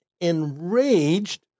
enraged